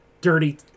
Dirty